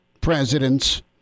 presidents